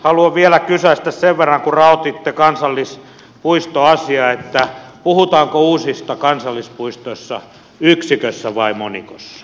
haluan vielä kysäistä sen verran kun raotitte kansallispuistoasiaa että puhutaanko uusista kansallispuistoista yksikössä vai monikossa